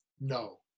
No